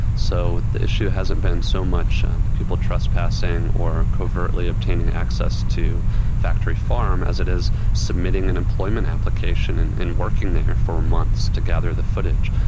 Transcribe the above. so the issue hasn't been so much people trespassing or covertly obtaining access to a factory farm as it is submitting an employment application and and working there for months to gather the footage.